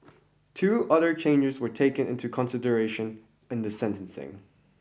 two other changes were taken into consideration in the sentencing